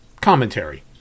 commentary